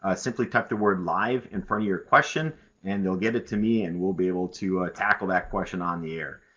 ah simply type the word live in front of your question and they'll get it to me and we'll be able to tackle that question on the air.